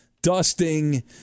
Dusting